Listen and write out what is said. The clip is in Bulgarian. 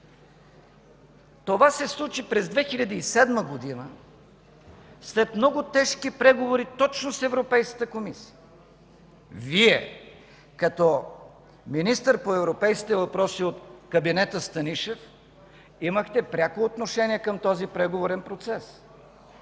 Това се случи през 2007 г. след много тежки преговори точно с Европейската комисия. Вие, като министър по европейските въпроси от кабинета Станишев, имахте пряко отношение към този преговорен процес